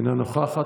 איננה נוכחת.